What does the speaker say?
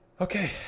Okay